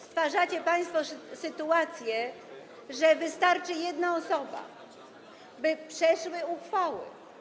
Stwarzacie państwo sytuację, że wystarczy jedna osoba, by przeszły uchwały.